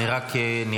חבר הכנסת סובה,